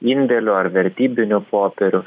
indėlių ar vertybinių popierių